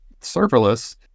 serverless